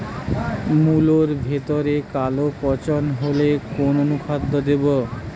মুলোর ভেতরে কালো পচন হলে কোন অনুখাদ্য দেবো?